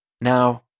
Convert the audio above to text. Now